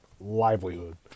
livelihood